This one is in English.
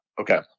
okay